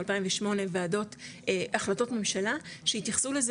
או 2008 החלטות ממשלה שהתייחסו לזה